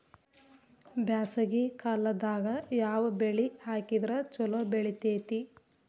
ಬ್ಯಾಸಗಿ ಕಾಲದಾಗ ಯಾವ ಬೆಳಿ ಹಾಕಿದ್ರ ಛಲೋ ಬೆಳಿತೇತಿ?